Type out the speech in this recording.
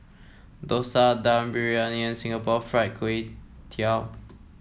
dosa Dum Briyani and Singapore Fried Kway Tiao